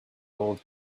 old